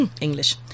English